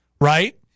right